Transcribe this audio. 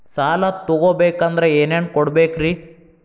ಸಾಲ ತೊಗೋಬೇಕಂದ್ರ ಏನೇನ್ ಕೊಡಬೇಕ್ರಿ?